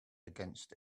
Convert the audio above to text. against